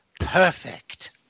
Perfect